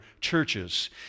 churches